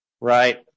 right